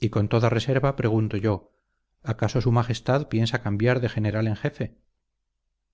y con toda reserva pregunto yo acaso su majestad piensa cambiar de general en jefe